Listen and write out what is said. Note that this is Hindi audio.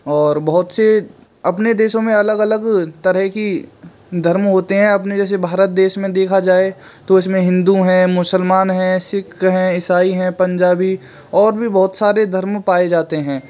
और बहुत से अपने देशों में अलग अलग तरह की धर्म होते हैं अपने जैसे भारत देश में देखा जाय इसमें हिन्दू हैं मुसलमान हैं सिक्ख हैं ईसाई हैं पंजाबी और भी बहुत सारे धर्म पाये जाते हैं